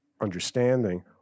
understanding